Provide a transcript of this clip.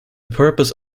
purpose